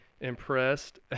impressed